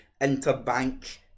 interbank